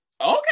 okay